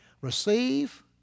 receive